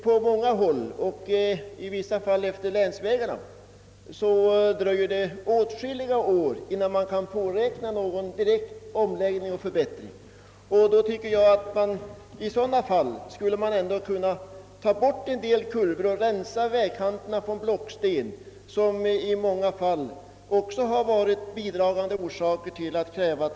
På många håll — och i vissa fall utefter länsvägarna — dröjer det emellertid åtskilliga år innan man kan påräkna någon direkt omläggning och förbättring. I sådana fall borde man kunna räta en del kurvor och rensa vägkanterna från blocksten, som många gånger har bidragit till att trafikoffer har krävts.